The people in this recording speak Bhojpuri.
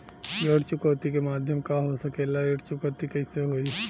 ऋण चुकौती के माध्यम का हो सकेला कि ऋण चुकौती कईसे होई?